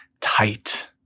tight